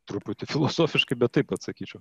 truputį filosofiškai bet taip atsakyčiau